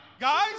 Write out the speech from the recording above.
guys